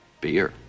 Beer